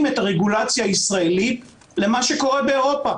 את הרגולציה הישראלית למה שקורה באירופה.